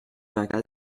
vingt